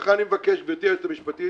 לכן אני מבקש, גברתי היועצת המשפטית